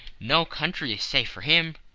no country is safe for him.